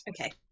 okay